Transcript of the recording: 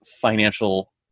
financial